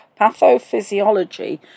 pathophysiology